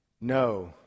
No